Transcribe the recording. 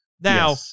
Now